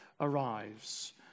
arrives